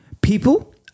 people